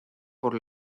por